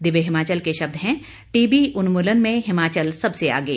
दिव्य हिमाचल के शब्द हैं टीबी उन्मूलन में हिमाचल सबसे आगे